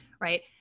right